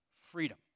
freedom